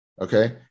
Okay